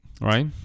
right